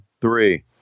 three